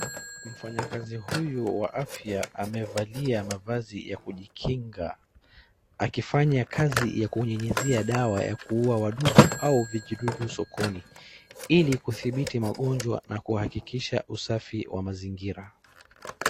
Mfanyakazi huyu wa afya amevalia mavazi ya kujikinga, akifanya kazi ya kunyunyizia dawa ya kuua wadudu au vijidudu sokoni ilikudhibiti magonjwa na kuhakikisha usafi wa mazingira.